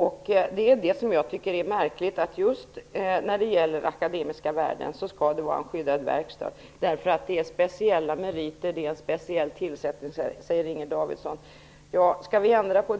Jag tycker att det är märkligt att just den akademiska världen skall vara en skyddad verkstad. Inger Davidson säger att det är speciella meriter och en speciell tillsättning. Vi i Vänsterpartiet vill ändra på